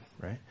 right